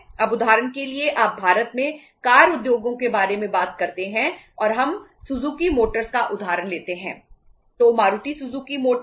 अब उदाहरण के लिए आप भारत में कार उद्योगों के बारे में बात करते हैं और हम सुजुकी मोटर्स